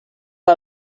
que